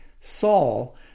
Saul